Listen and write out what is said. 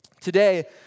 Today